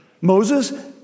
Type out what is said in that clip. Moses